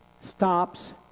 stops